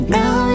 Now